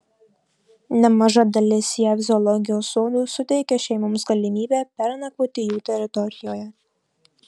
nemaža dalis jav zoologijos sodų suteikia šeimoms galimybę pernakvoti jų teritorijoje